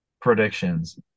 predictions